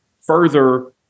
further